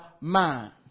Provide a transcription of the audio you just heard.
mind